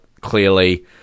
clearly